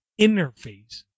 interface